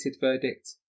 verdict